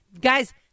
guys